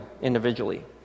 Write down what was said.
individually